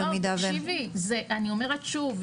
אני אומרת שוב,